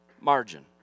margin